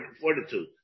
fortitude